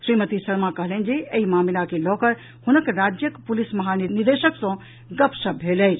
श्रीमती शर्मा कहलनि जे एहि मामिला के लऽ कऽ हुनक राज्यक पुलिस महानिदेशक सँ गपशप भेल अछि